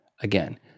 Again